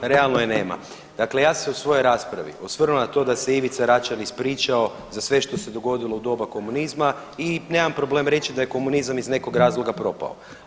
Ma realno je nema, dakle ja sam se u svojoj raspravi osvrnu na to da se Ivica Račan ispričao za sve što se dogodilo u doba komunizma i nemam problema reći da je komunizam iz nekoga razloga propao.